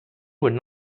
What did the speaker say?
would